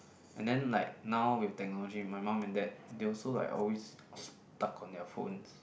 and then like now with technology my mum and dad they also like always stuck on their phones